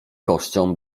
kością